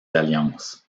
alliances